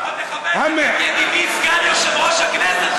לפחות תכבד ותגיד ידידי סגן יושב-ראש הכנסת,